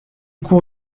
cour